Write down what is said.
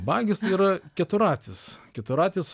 bagis ir keturratis keturratis